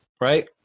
right